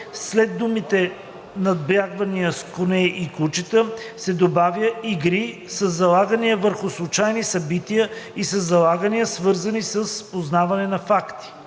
след думите „надбягвания с коне и кучета“ се добавя „игри със залагания върху случайни събития и със залагания, свързани с познаване на факти“.